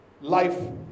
life